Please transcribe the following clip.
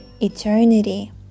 eternity